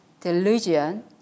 delusion